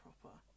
proper